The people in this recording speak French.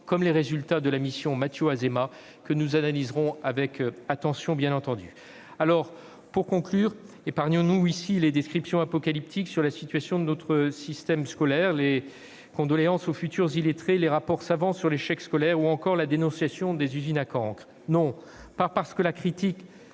comme les résultats de la mission Mathiot-Azéma, que nous analyserons avec attention, bien entendu. Pour conclure, épargnons-nous ici les descriptions apocalyptiques sur la situation de notre système scolaire, les « condoléances aux futurs illettrés », les rapports savants sur l'échec scolaire, ou encore la dénonciation des « usines à cancres ». Non pas que la critique